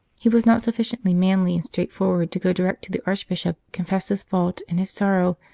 he was not sufficiently manly and straightforward to go direct to the archbishop, confess his fault and his sorrow,